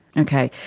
okay,